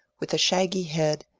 with a shaggy head,